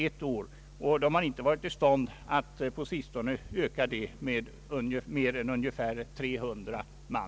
Företaget har inte varit i stånd att på sistone öka sin arbetsstyrka med mer än ungefär 300 man.